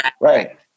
right